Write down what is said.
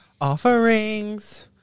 offerings